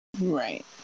right